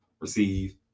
receive